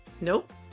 Nope